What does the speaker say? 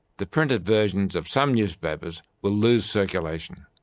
the printed versions of some newspapers will lose circulation.